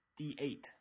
D8